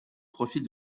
profit